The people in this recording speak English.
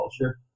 culture